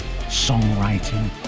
songwriting